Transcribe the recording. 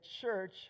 church